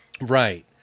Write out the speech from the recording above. Right